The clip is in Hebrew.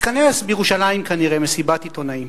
תתכנס בירושלים כנראה מסיבת עיתונאים.